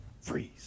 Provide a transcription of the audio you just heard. freeze